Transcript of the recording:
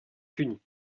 punie